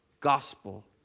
gospel